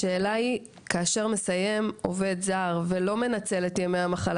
השאלה היא כאשר מסיים עובד זר ולא מנצל את ימי המחלה,